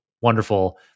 wonderful